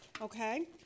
Okay